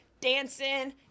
Dancing